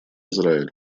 израилю